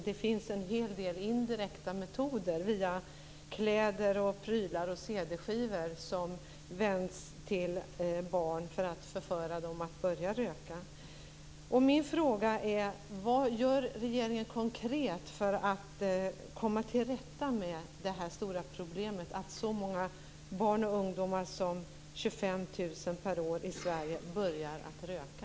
Det finns en hel del indirekta metoder att via kläder, prylar och cd-skivor vända sig till barn för att förföra dem att börja röka.